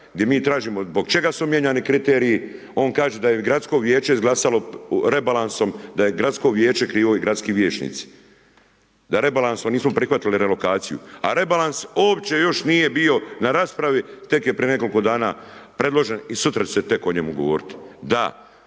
gdje mi tražimo zbog čega su mijenjani kriteriji. On kaže da je gradsko vijeće izglasalo rebalansom, da je gradsko vijeće krivo i gradski vijeće krivo i gradski vijećnici, da rebalansom nismo prihvatili relokaciju a rebalans uopće još nije bio na raspravi, tek je prije nekoliko dana predloženi i sutra će se tek o njemu govoriti. Da